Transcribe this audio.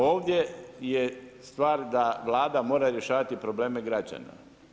Ovdje je stvar da Vlada mora rješavati probleme građana.